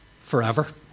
forever